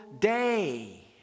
day